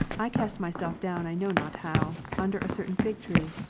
i cast myself down i know not how, under a certain fig-tree,